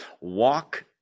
Walk